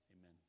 Amen